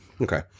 Okay